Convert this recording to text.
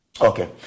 Okay